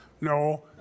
No